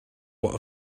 what